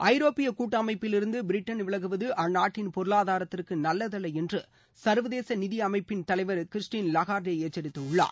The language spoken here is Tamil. ஐரோப்பிய கூட்டமைப்பிலிருந்து பிரிட்டன் விலகுவது அந்நாட்டின் பொருளாதாரத்திற்கு நல்லதல்ல என்று சர்வதேச நிதி அமைப்பின் தலைவர் திரு கிறிஸ்டன் லகார்டே எச்சிரித்துள்ளார்